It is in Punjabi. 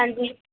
ਹਾਂਜੀ